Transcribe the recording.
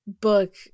book